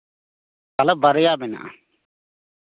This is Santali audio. ᱛᱟᱦᱚᱞᱮ ᱵᱟᱨᱭᱟ ᱢᱮᱱᱟᱜᱼᱟ